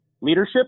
leadership